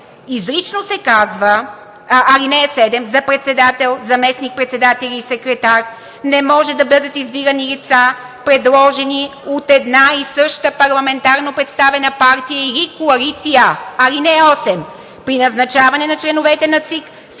изрично се казва, ал. 7: „За председател, заместник-председатели и секретар не може да бъдат избирани лица, предложени от една и съща парламентарно представена партия или коалиция“. Алинея 8: „При назначаване на членовете на ЦИК